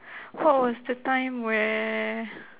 what was the time where